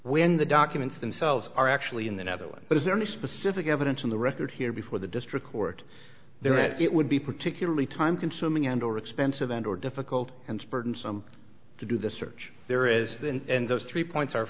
when the documents themselves are actually in the netherlands but is there any specific evidence in the record here before the district court there that it would be particularly time consuming and or expensive and or difficult and burdensome to do the search there is than those three points